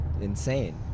insane